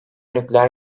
nükleer